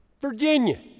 Virginia